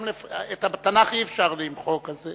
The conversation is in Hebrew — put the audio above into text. את התנ"ך אי-אפשר למחוק, אז,